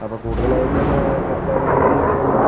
അപ്പോൾ കൂടുതലായിട്ടും സർക്കാർ നല്ല രീതിയിലുള്ള